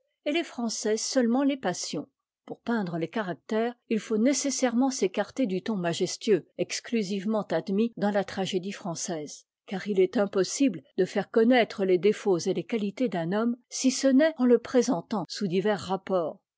et les français seulement les passions pour peindre les caractères il faut nécessairement s'écarter du ton majestueux exclusivement admis dans la tragédie française car il est impossible de faire connaître les défauts et les qualités d'un homme si ce n'est en le présentant sous divers rapports